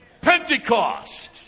Pentecost